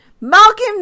Malcolm